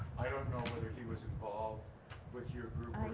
i don't know whether he was involved with your group